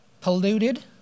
polluted